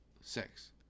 six